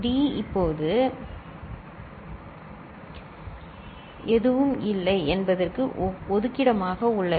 D இப்போது எதுவும் இல்லை என்பதற்கு ஒதுக்கிடமாக உள்ளது